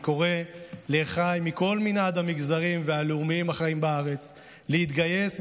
אני קורא לאחיי מכל מנעד המגזרים והלאומים החיים בארץ להתגייס,